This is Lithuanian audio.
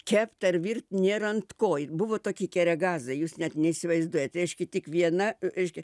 kept ar virt nėr ant ko buvo toki keregazai jūs net neįsivaizduojat reiškia tik viena reiškia